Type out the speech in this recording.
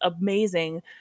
amazing